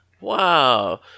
wow